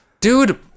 Dude